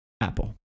Apple